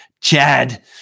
Chad